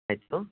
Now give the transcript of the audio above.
ಆಯಿತು